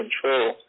control